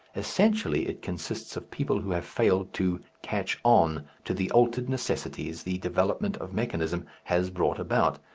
essentially it consists of people who have failed to catch on to the altered necessities the development of mechanism has brought about,